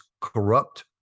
corrupt